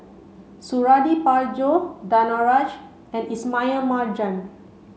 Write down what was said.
Suradi Parjo Danaraj and Ismail Marjan